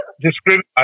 discriminate